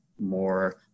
more